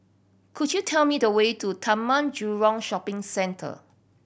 could you tell me the way to Taman Jurong Shopping Centre